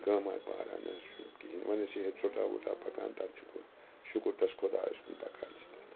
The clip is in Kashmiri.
کٲماہ کارا نَہ حظ چھُنہِ کِہیٖنۍ وۄنۍ حظ چھِ یہٲے ژوٚٹا ووٚٹا پَکان تَتھ چھُ شکر تَس خۄدایس کُن پَکان چھِ تتھ